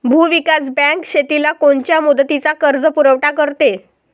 भूविकास बँक शेतीला कोनच्या मुदतीचा कर्जपुरवठा करते?